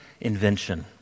invention